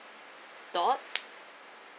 dot